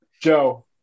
Joe